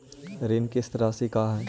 ऋण किस्त रासि का हई?